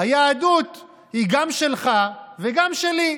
היהדות היא גם שלך וגם שלי.